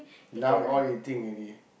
now all eating already